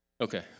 Okay